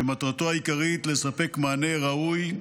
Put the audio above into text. שמטרתו העיקרית לספק מענה ראוי,